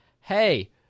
Hey